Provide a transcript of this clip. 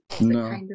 No